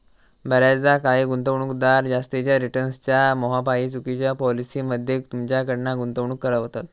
बऱ्याचदा काही गुंतवणूकदार जास्तीच्या रिटर्न्सच्या मोहापायी चुकिच्या पॉलिसी मध्ये तुमच्याकडना गुंतवणूक करवतत